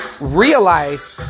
realize